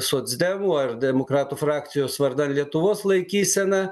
socdemų ar demokratų frakcijos vardan lietuvos laikysena